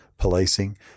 policing